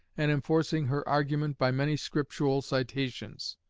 and enforcing her argument by many scriptural citations.